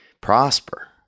prosper